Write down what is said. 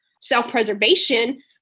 self-preservation